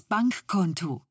Bankkonto